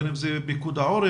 בין אם זה דרך פיקוד העורף.